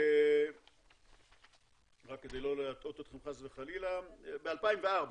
רק כדי לא להטעות חלילה, סליחה,